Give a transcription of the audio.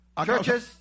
Churches